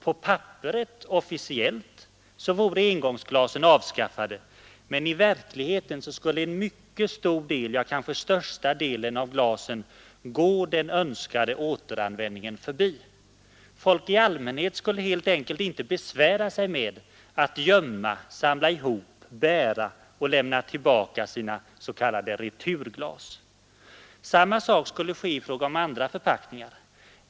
På papperet, officiellt, vore engångsglasen avskaffade — men i verkligheten skulle en mycket stor del, ja kanske största delen av glasen, gå den önskade återanvändningen förbi. Folk i allmänhet skulle helt enkelt inte besvära sig med att gömma, samla ihop, bära och lämna tillbaka sina s.k. ”returglas”. Samma sak skulle ske i fråga om andra förpackningar.